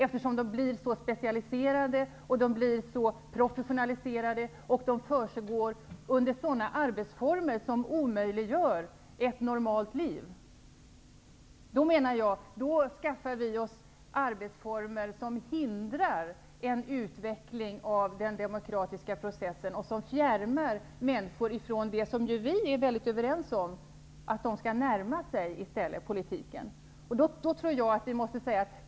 Dessa har blivit så specialiserade och professionaliserade och utförs under arbetsformer som omöjliggör ett normalt liv. Sådana arbetsformer hindrar en utveckling av den demokratiska processen och fjärmar människor från politiken i stället för att närma dem politiken, någonting som vi är överens om är önskvärt.